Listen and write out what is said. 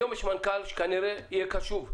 היום יש מנכ"ל שכנראה יהיה קשוב.